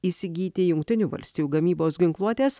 įsigyti jungtinių valstijų gamybos ginkluotės